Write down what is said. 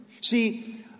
See